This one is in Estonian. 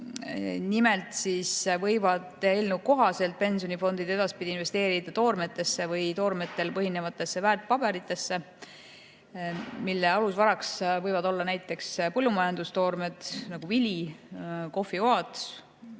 Nimelt võivad pensionifondid eelnõu kohaselt edaspidi investeerida toormetesse või toormetel põhinevatesse väärtpaberitesse, mille alusvaraks võivad olla näiteks põllumajandustoormed, nagu vili, kohvioad,